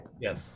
Yes